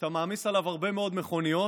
כשאתה מעמיס עליו הרבה מאד מכוניות,